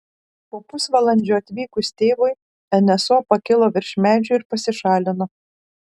po pusvalandžio atvykus tėvui nso pakilo virš medžių ir pasišalino